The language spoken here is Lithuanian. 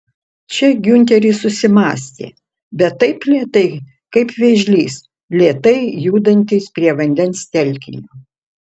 čia giunteris susimąstė bet taip lėtai kaip vėžlys lėtai judantis prie vandens telkinio